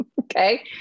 okay